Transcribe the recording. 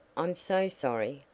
i'm so sorry,